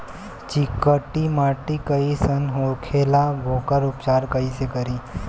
चिकटि माटी कई सन होखे ला वोकर उपचार कई से करी?